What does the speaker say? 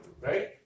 right